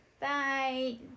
Bye